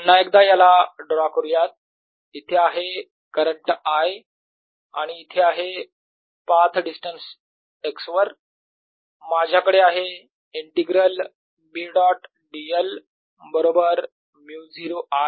पुन्हा एकदा याला ड्रॉ करूयात इथे आहे करंट I आणि इथे आहे पाथ डिस्टन्स x वर माझ्याकडे आहे इंटिग्रल B डॉट dl बरोबर μ0 I